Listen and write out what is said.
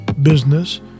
business